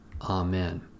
Amen